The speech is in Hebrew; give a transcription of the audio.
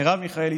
מרב מיכאלי,